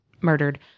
murdered